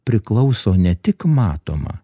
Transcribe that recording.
priklauso ne tik matoma